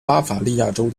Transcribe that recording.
巴伐利亚州